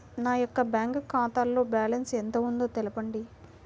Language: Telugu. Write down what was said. నా యొక్క బ్యాంక్ ఖాతాలో బ్యాలెన్స్ ఎంత ఉందో తెలపండి?